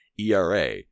ERA